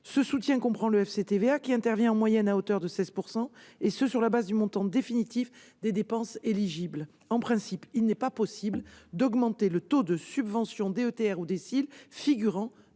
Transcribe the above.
ajoutée (FCTVA), qui intervient en moyenne à hauteur de 16 %, et ce sur la base du montant définitif des dépenses éligibles. En principe, il n'est pas possible d'augmenter le taux de subvention DETR ou DSIL figurant